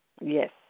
Yes